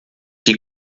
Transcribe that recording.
die